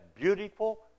beautiful